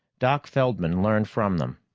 doc feldman learned from them.